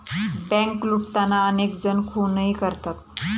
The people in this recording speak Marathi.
बँक लुटताना अनेक जण खूनही करतात